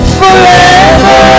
forever